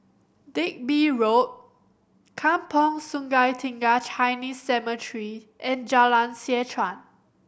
Digby Road Kampong Sungai Tiga Chinese Cemetery and Jalan Seh Chuan